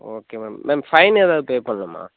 okay madam ma'am fine ஏதாவது pay பண்ணணுமா